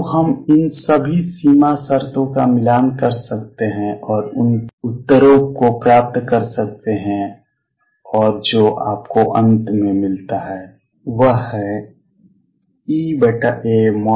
तो हम इन सभी सीमा शर्तों का मिलान कर सकते हैं और उन उत्तरों को प्राप्त कर सकते हैं और जो आपको अंत में मिलता है वह है EA2vv